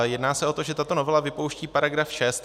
Jedná se o to, že tato novela vypouští § 6.